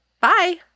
bye